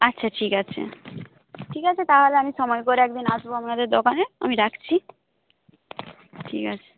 আচ্ছা ঠিক আছে ঠিক আছে তাহলে আমি সময় করে একদিন আসবো আপনাদের দোকানে আমি রাখছি ঠিক আছে